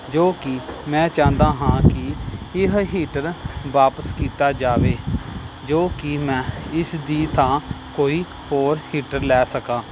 ਜੋ ਕਿ ਮੈਂ ਚਾਹੁੰਦਾ ਹਾਂ ਕਿ ਇਹ ਹੀਟਰ ਵਾਪਿਸ ਕੀਤਾ ਜਾਵੇ ਜੋ ਕਿ ਮੈਂ ਇਸ ਦੀ ਥਾਂ ਕੋਈ ਹੋਰ ਹੀਟਰ ਲੈ ਸਕਾਂ